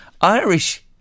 Irish